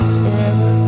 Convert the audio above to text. forever